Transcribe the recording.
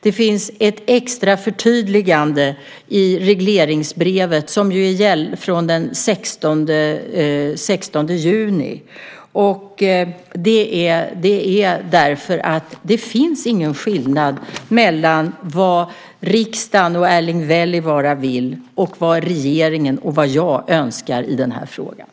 Det finns ett extra förtydligande i regleringsbrevet som gäller från den 16 juni - det finns ingen skillnad mellan vad riksdagen och Erling Wälivaara vill och vad regeringen och jag önskar i den här frågan.